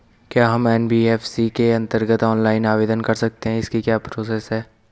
क्या हम एन.बी.एफ.सी के अन्तर्गत ऑनलाइन आवेदन कर सकते हैं इसकी क्या प्रोसेस है?